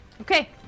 Okay